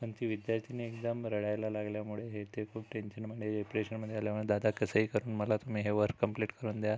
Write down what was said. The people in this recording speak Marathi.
पण ती विद्यार्थिनी एकदम रडायला लागल्यामुळे हे ते खूप टेंशनमध्ये प्रेशरमध्ये आल्यामुळे दादा कसंही करून मला तुम्ही हे वर कम्प्लिट करून द्या